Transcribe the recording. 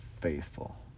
faithful